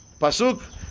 Pasuk